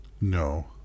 No